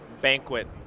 banquet